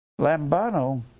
Lambano